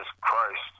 Christ